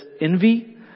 envy